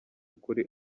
ukuri